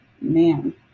man